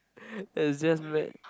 is just mad